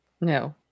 No